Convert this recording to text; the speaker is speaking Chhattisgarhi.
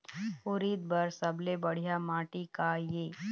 उरीद बर सबले बढ़िया माटी का ये?